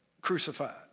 crucified